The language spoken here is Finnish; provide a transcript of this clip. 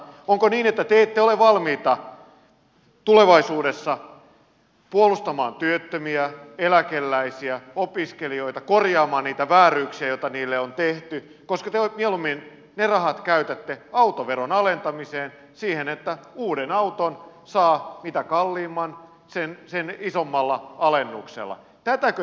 onko niin että te ette ole valmiita tulevaisuudessa puolustamaan työttömiä eläkeläisiä opiskelijoita korjaamaan niitä vääryyksiä joita heitä kohtaan on tehty koska te mieluummin käytätte ne rahat autoveron alentamiseen siihen että mitä kalliimpi uusi auto sitä isommalla alennuksella sen saa